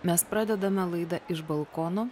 mes pradedame laidą iš balkono